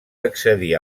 accedir